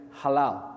halal